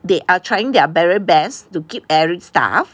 they are trying their very best to keep every staff